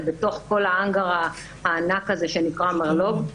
בתוך כל ההאנגר הענק הזה שנקרא מרלו"ג.